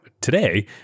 today